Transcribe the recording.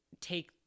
take